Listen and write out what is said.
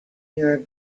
your